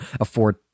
afford